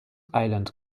island